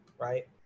right